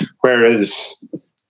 whereas